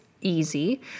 easy